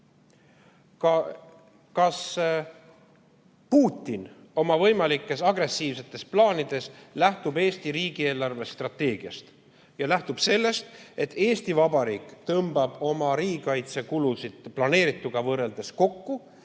Kas Putin oma võimalikes agressiivsetes plaanides lähtub Eesti riigi eelarvestrateegiast ja lähtub sellest, et Eesti Vabariik tõmbab oma riigikaitsekulusid planeerituga võrreldes kokku?